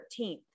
13th